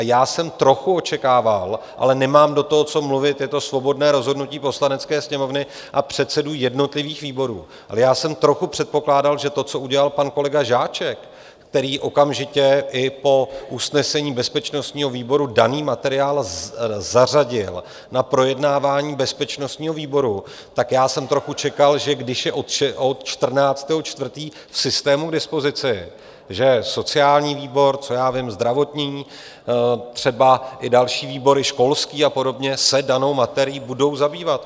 Já jsem trochu očekával ale nemám do toho co mluvit, je to svobodné rozhodnutí Poslanecké sněmovny a předsedů jednotlivých výborů ale já jsem trochu předpokládal, že to, co udělal pan kolega Žáček, který okamžitě i po usnesení bezpečnostního výboru daný materiál zařadil na projednávání bezpečnostního výboru, tak jsem trochu čekal, že když je to od 14. 4. v systému k dispozici, že sociální, zdravotní, třeba i další výbory, školský a podobně, se danou materií budou zabývat.